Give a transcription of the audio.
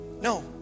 no